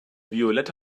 violette